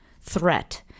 threat